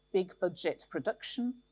big budget production.